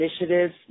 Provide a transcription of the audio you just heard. initiatives